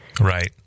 Right